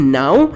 now